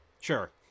Sure